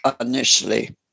initially